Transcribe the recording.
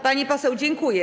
Pani poseł, dziękuję.